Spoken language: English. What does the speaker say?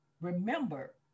remember